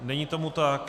Není tomu tak.